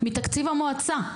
מתקציב המועצה.